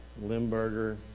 Limburger